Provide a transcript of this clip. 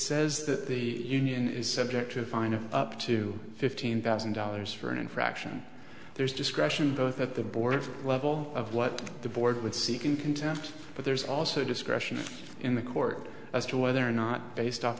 says that the union is subject to a fine of up to fifteen thousand dollars for an infraction there's discretion both at the board level of what the board would seek in contempt but there's also discretion in the court as to whether or not based off